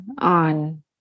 on